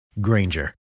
Granger